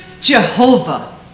Jehovah